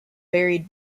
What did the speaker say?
buried